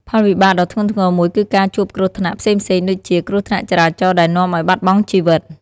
ផលវិបាកដ៏ធ្ងន់ធ្ងរមួយគឺការជួបគ្រោះថ្នាក់ផ្សេងៗដូចជា គ្រោះថ្នាក់ចរាចរណ៍ដែលនាំឱ្យបាត់បង់ជីវិត។